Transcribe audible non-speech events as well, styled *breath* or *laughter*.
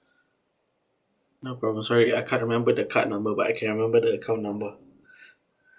no problem sorry I can't remember the card number but I can remember the account number *breath*